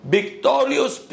Victorious